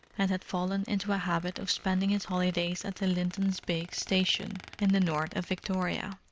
and had fallen into a habit of spending his holidays at the linton's big station in the north of victoria,